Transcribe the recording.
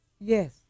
yes